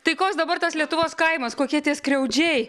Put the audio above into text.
tai koks dabar tas lietuvos kaimas kokie tie skriaudžiai